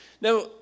Now